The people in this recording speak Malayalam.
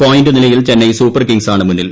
പോയിന്റ് നിലയിൽ ചെന്നൈ സൂപ്പർ കിങ്സാണ് മുന്നിൽ